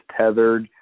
tethered